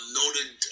noted